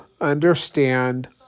understand